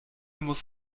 muss